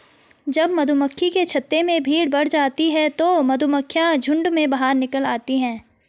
जब मधुमक्खियों के छत्ते में भीड़ बढ़ जाती है तो मधुमक्खियां झुंड में बाहर निकल आती हैं